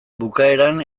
bukaeran